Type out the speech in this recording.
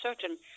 certain